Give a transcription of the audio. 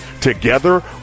Together